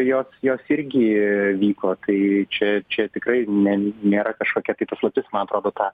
jos jos irgi vyko tai čia čia tikrai ne nėra kažkokia paslaptis man atrodo tą